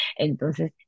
entonces